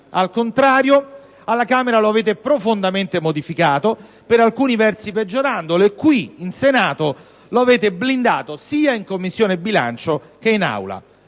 Al contrario, alla Camera lo avete profondamente modificato, per alcuni versi peggiorandolo, e qui in Senato lo avete blindato, sia in Commissione bilancio che in Aula.